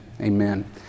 Amen